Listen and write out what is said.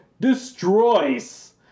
destroys